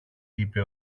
είπε